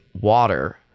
water